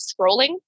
scrolling